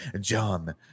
John